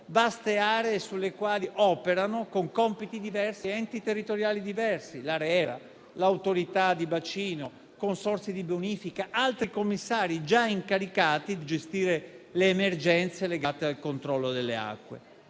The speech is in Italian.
vaste aree sulle quali operano con compiti diversi enti territoriali diversi (ARERA, Autorità di bacino, consorzi di bonifica, altri commissari già incaricati di gestire le emergenze legate al controllo delle acque);